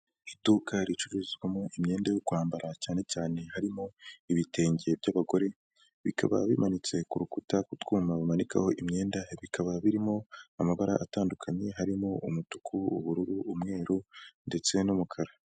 Iduka ricuruzwamo imyenda yo kwambara cyane cyane harimo ibitenge by'abagore, bikaba bimanitse ku rukuta kutwuma bamanikaho imyenda, bikaba birimo amabara atandukanye harimo umutuku, ubururu umweru ndetse n'umukara.